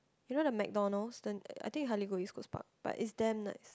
you know the McDonald's the I think you hardly go East Coast Park but it's damn nice